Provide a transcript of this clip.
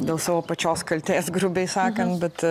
dėl savo pačios kaltės grubiai sakant bet